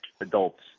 adults